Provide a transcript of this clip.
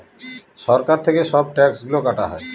সরকার থেকে সব ট্যাক্স গুলো কাটা হয়